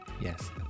Yes